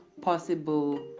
possible